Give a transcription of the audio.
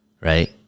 right